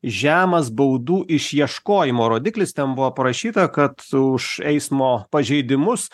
žemas baudų išieškojimo rodiklis ten buvo parašyta kad už eismo pažeidimus